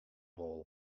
wol